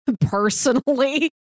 personally